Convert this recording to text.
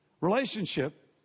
relationship